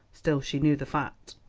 still she knew the fact.